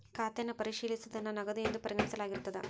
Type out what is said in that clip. ಖಾತನ್ನ ಪರಿಶೇಲಿಸೋದನ್ನ ನಗದು ಎಂದು ಪರಿಗಣಿಸಲಾಗಿರ್ತದ